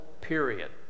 period